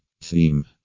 Theme